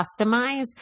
customize